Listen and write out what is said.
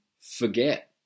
forget